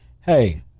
hey